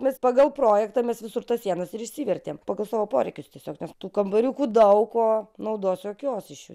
nes pagal projektą mes visur tas sienas ir išsivertėm pagal savo poreikius tiesiog nes tų kambariukų daug o naudos jokios iš